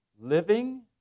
living